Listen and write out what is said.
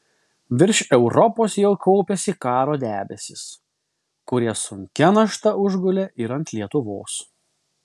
virš europos jau kaupėsi karo debesys kurie sunkia našta užgulė ir ant lietuvos